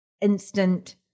instant